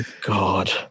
God